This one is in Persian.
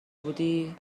بودی